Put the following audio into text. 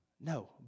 no